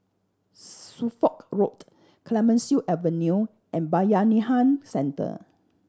Suffolk Road Clemenceau Avenue and Bayanihan Centre